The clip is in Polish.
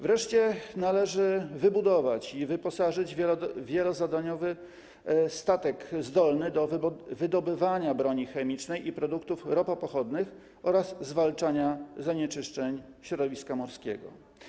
Wreszcie należy wybudować i wyposażyć wielozadaniowy statek zdolny do wydobywania broni chemicznej i produktów ropopochodnych oraz zwalczania zanieczyszczeń środowiska morskiego.